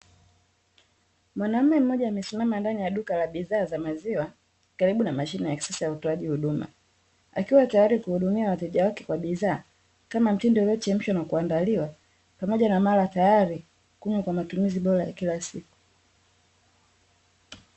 Mwanaume mmoja amesimama ndani ya duka la bidhaa za maziwa, karibu na mashine ya kisasa ya utoaji huduma. Akiwa tayari kuhudumia wateja wake kwa bidhaa, kama mtindi uliochemshwa na kuandaliwa pamoja na mara tayari kunywa kwa matumizi bora ya kila siku.